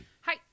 Hi